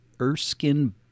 Erskine